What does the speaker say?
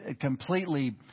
completely